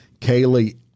Kaylee